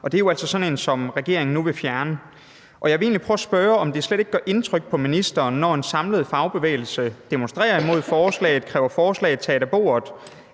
altså sådan en, som regeringen nu vil fjerne. Jeg vil egentlig prøve at spørge, om det slet ikke gør indtryk på ministeren, når en samlet fagbevægelse demonstrerer mod forslaget og kræver forslaget taget af